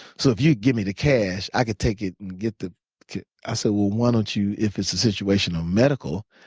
so if you'd give me the cash, i could take it and get the kidney. i said, well, why don't you if it's a situation of medical,